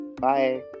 Bye